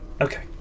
Okay